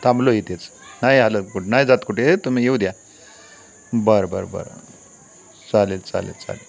थांबलो इथेच नाही आलं कोण नाही जात कुठे तुम्ही येऊ द्या बरं बरं बरं चालेल चालेल चालेल